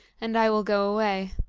and i will go away.